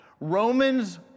Romans